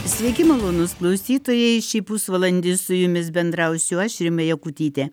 sveiki malonūs klausytojai šį pusvalandį su jumis bendrausiu aš rima jakutytė